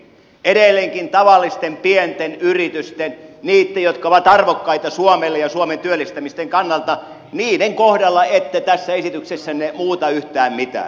edelleenkin tavallisten pienten yritysten kohdalla niitten jotka ovat arvokkaita suomelle ja suomen työllistämisen kannalta ette tässä esityksessänne muuta yhtään mitään